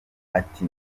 ati